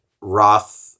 Roth